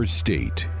state